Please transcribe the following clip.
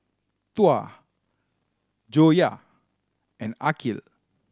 Tuah Joyah and Aqil